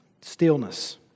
Stillness